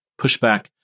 pushback